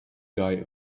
diet